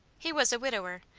he was a widower,